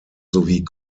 sowie